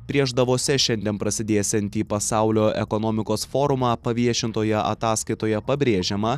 prieš davose šiandien prasidėsiantį pasaulio ekonomikos forumą paviešintoje ataskaitoje pabrėžiama